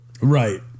Right